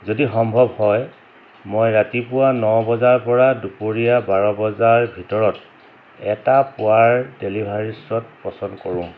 যদি সম্ভৱ হয় মই ৰাতিপুৱা ন বজাৰ পৰা দুপৰীয়া বাৰ বজাৰ ভিতৰত এটা পুৱাৰ ডেলিভাৰী শ্লট পচন্দ কৰোঁ